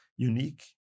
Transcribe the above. Unique